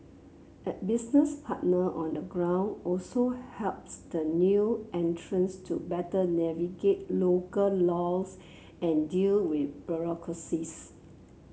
a business partner on the ground also helps the new entrants to better navigate local laws and deal with bureaucracies